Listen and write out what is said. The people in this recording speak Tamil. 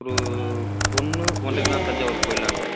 ஒரு ஒன்று ஒன்றைக்கெல்லாம் தஞ்சாவூர் போயிடலாம் சார்